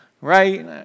right